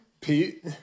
Pete